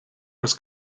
was